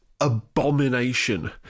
abomination